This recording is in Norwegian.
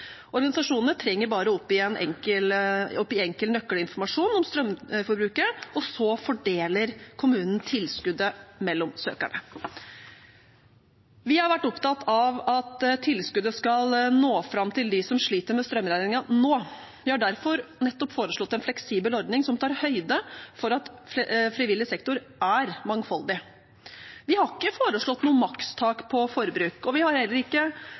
Organisasjonene trenger bare oppgi enkel nøkkelinformasjon om strømforbruket, og så fordeler kommunen tilskuddet mellom søkerne. Vi har vært opptatt av at tilskuddet skal nå fram til dem som sliter med strømregningen nå. Vi har derfor foreslått en fleksibel ordning som tar høyde for at frivillig sektor er mangfoldig. Vi har ikke foreslått noe makstak på forbruk, og vi har heller ikke